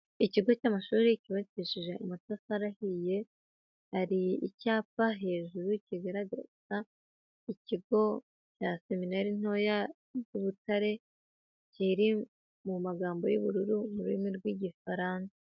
Ikigo cy'amashuri cyubakishije amatafari ahiye, hari icyapa hejuru kigaragaza ikigo cya seminari ntoya cy'i Butare, kiri mu magambo y'ubururu mu rurimi rw'Igifaransa.